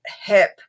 HIP